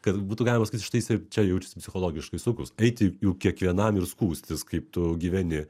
kad būtų galima sakyti štai ir čia jaučiasi psichologiškai saugus eiti kiekvienam ir skųstis kaip tu gyveni